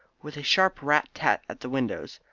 with a sharp rat-tat at the window.